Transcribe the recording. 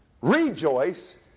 Rejoice